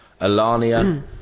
Alania